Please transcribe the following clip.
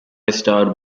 starred